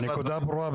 הנקודה ברורה.